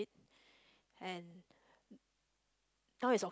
it and now it's Oc~